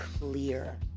clear